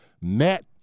Matt